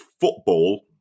football